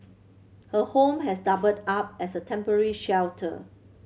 her home has doubled up as a temporary shelter